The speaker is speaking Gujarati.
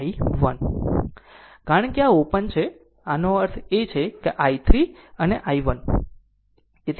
કારણ કે આ ઓપન છે તેનો અર્થ છે i 3 અને i 1